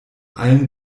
allen